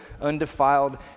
undefiled